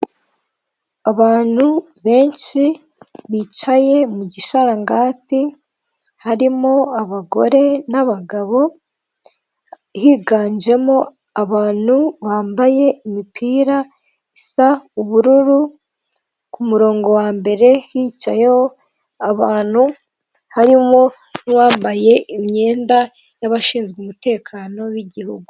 Abantu benshi bicaye mu gisharangati, harimo abagore n'abagabo, higanjemo abantu bambaye imipira isa ubururu, ku murongo wa mbere hicayeho abantu harimo n'umbaye imyenda y'abashinzwe umutekano w'igihugu.